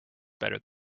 better